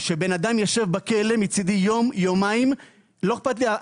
שבן אדם ישב בכלא מצידי יום-יומיים, לא אכפת לי,